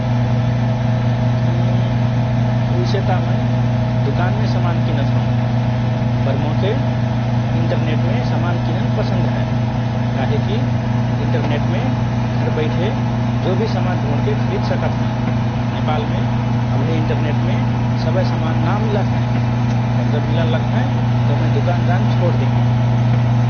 उम्म् उइसे त मए दुकानमे समान किनत हओं । पर मोके इन्टरनेमे समान किनन पसन्द हए । काहेकि इन्टरनेटमे घर बैठे जो भि समान ढुँडके खरिद सकत हएँ । नेपालमे अभे इन्टरनेटमे सबए समान ना मिलत हएँ । पर जब मिलन लगहएँ तओ मए दुकान जान छोडदेहओं ।